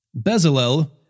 Bezalel